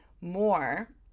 more